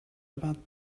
about